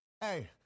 Hey